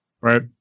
Right